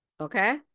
Okay